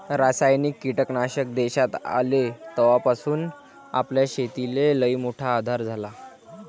रासायनिक कीटकनाशक देशात आले तवापासून आपल्या शेतीले लईमोठा आधार झाला